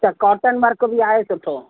अछा cotton work बि आहे सुठो